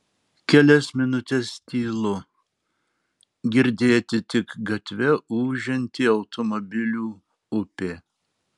kelias minutes tylu girdėti tik gatve ūžianti automobilių upė